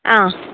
ആ